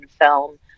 film